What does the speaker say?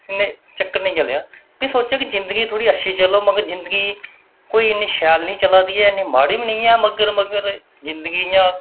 नेईं चक्कर नेईं चलेआ भी सोचेआ कि जिंदगी थोह्ड़ी अच्छी चलग मगर जिंदगी कोई इन्नी शैल निं चलै दी इन्नी माड़ी बी नेईं ऐ मगर मगर जिंदगी इ'यां